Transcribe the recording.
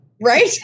Right